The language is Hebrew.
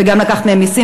וגם לקחת מהן מסים,